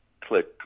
Click